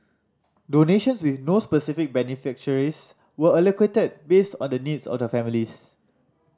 donations with no specific beneficiaries were allocated based on the needs of the families